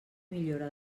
millora